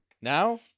now